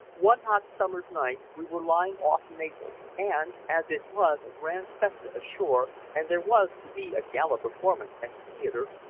one hot summer's night we were lying off naples, and as it was a grand festa ashore and there was to be a gala performance at the theater,